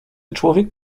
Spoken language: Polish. człowiek